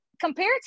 compared